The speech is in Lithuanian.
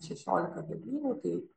šešiolika dalyvių tai